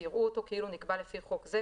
ויראו אותו כאילו נקבע לפי חוק זה,